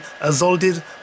assaulted